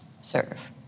serve